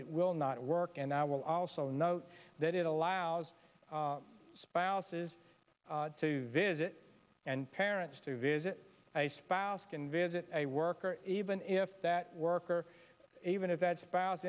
it will not work and i will also note that it allows spouses to visit and parents to visit a spouse can visit a worker even if that worker even if that spouse